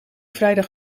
vrijdag